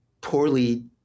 poorly